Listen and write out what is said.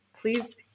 please